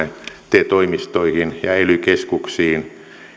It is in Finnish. te toimistoihin ja ely keskuksiin